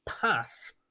pass